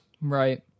Right